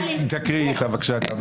אנחנו בחלום בלהות.